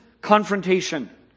confrontation